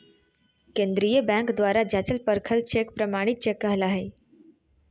केंद्रीय बैंक द्वारा जाँचल परखल चेक प्रमाणित चेक कहला हइ